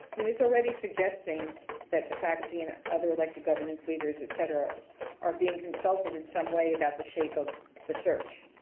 mean it's already suggesting that the faculty and other like the governance leaders et cetera are being consulted in some way about the shape of the search.